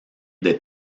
des